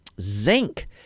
zinc